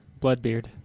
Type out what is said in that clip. Bloodbeard